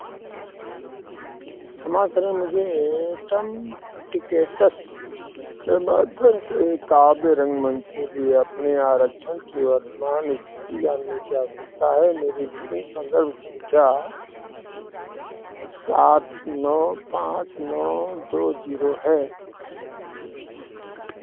क्षमा करें मुझे एटम टिकेटस के माध्यम से काव्य रंगमंच के लिए अपने आरक्षण की वर्तमान स्थिति जानने की आवश्यकता है मेरी बुकिंग संदर्भ संख्या सात नौ पाँच नौ दो जीरो है